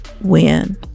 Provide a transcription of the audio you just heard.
win